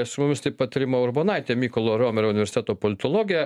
su mumis taip pat rima urbonaitė mykolo romerio universiteto politologė